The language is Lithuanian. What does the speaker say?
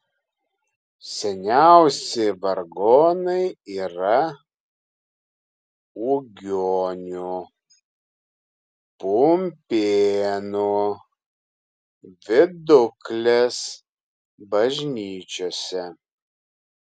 seniausi vargonai yra ugionių pumpėnų viduklės bažnyčiose